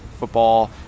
football